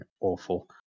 awful